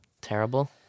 Terrible